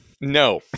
No